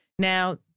Now